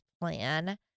plan